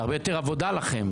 זה הרבה יותר עבודה לכם.